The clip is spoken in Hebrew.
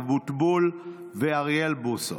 אבוטבול ואוריאל בוסו,